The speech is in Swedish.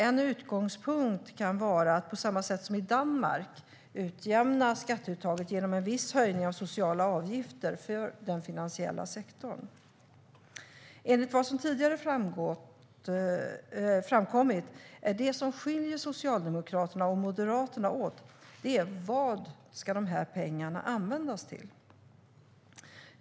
En utgångspunkt kan vara att, på samma sätt som i Danmark, utjämna skatteuttaget genom en viss höjning av sociala avgifter för den finansiella sektorn. Enligt vad som tidigare framkommit är det som skiljer Socialdemokraterna och Moderaterna åt vad dessa pengar ska användas till.